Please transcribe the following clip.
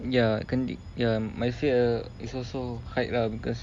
ya keti~ ya my fear is also height lah because